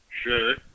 Sure